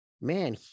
man